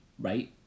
Right